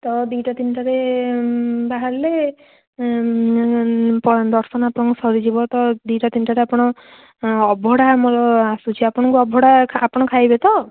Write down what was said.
ତ ଦୁଇଟା ତିନିଟାରେ ବାହାରିଲେ ଦର୍ଶନ ଆପଣଙ୍କ ସରିଯିବ ତ ଦୁଇଟା ତିନିଟାରେ ଆପଣ ଅଭଡ଼ା ଆମର ଆସୁଛି ଆପଣଙ୍କୁ ଅଭଡ଼ା ଆପଣ ଖାଇବେ ତ